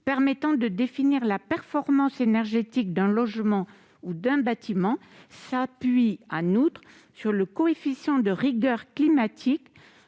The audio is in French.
permettant de définir la performance énergétique d'un logement ou d'un bâtiment s'appuie en outre sur le « coefficient de rigueur climatique